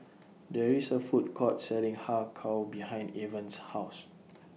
There IS A Food Court Selling Har Kow behind Evans' House